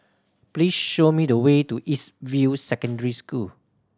please show me the way to East View Secondary School